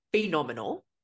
phenomenal